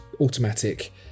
automatic